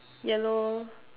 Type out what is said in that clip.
yellow